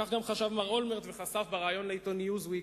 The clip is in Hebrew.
כך חשב גם מר אולמרט וחשף בריאיון לעיתון "ניוזוויק"